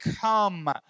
come